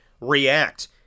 react